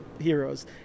heroes